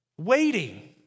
Waiting